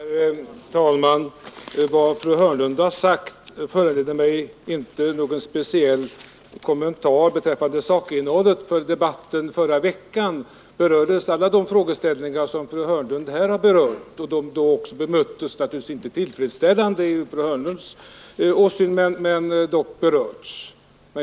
Herr talman! Vad fru Hörnlund här anfört ger mig ingen anledning att göra några speciella kommentarer. Vad beträffar sakinnehållet berördes alla de frågeställningar, som fru Hörnlund tog upp, under debatten förra veckan, och då bemöttes också argumenten — men naturligtvis inte helt tillfredsställande enligt fru Hörnlunds åsikt.